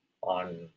on